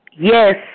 Yes